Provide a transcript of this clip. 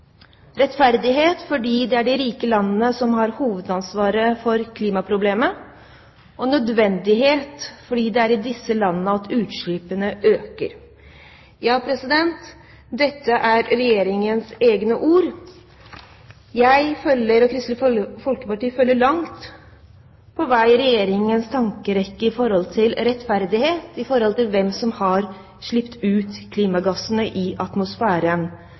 rettferdighet og nødvendighet. «Rettferdighet, fordi det er de rike landene som har hovedansvaret for klimaproblemet. Nødvendighet, fordi det er i utviklingslandene at utslippene nå øker så enormt.» Dette er Regjeringens egne ord. Jeg og Kristelig Folkeparti følger langt på vei Regjeringens tankerekke om rettferdighet med hensyn til hvem som har sluppet ut klimagassene i atmosfæren,